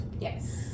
Yes